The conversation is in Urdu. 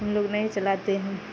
ہم لوگ نہیں چلاتے ہیں